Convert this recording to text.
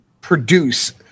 produce